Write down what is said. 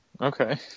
Okay